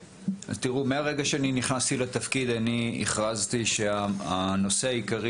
מרגע שאני נכנסתי לתפקיד אני הכרזתי שהנושא העיקרי